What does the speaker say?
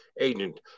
agent